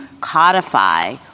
codify